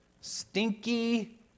Stinky